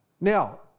Now